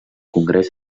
congrés